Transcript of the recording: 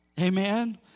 Amen